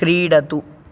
क्रीडतु